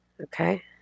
Okay